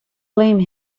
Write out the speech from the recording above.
blame